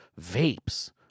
vapes